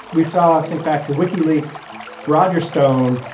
we saw. think back to wikileaks roger stone,